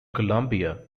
colombia